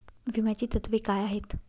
विम्याची तत्वे काय आहेत?